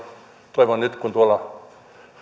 toivon nyt kun tuolla